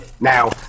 Now